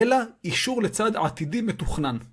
אלא אישור לצעד עתידי מתוכנן.